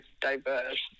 diverse